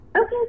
okay